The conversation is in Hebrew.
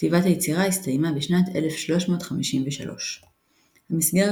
כתיבת היצירה הסתיימה בשנת 1353. המסגרת